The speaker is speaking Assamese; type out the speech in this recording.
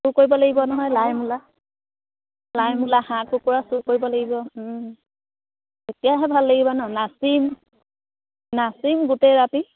চুৰ কৰিব লাগিব নহয় লাই মূলা লাই মূলা হাঁহ কুকুৰা চুৰ কৰিব লাগিব তেতিয়াহে ভাল লাগিব ন নাচিম নাচিম গোটেই ৰাতি